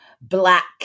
black